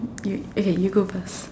you okay you go first